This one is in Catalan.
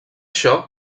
això